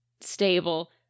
stable